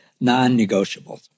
non-negotiables